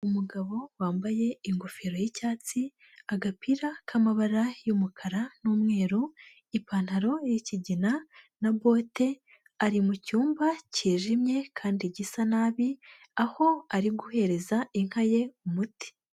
Umugabo wambaye ingofero y'icyatsi, agapira k'amabara y'umukara n'umweru, ipantaro y'ikigina na bote, ari mu cyumba cyijimye kandi gisa nabi, aho ari guhereza inka ye umuti.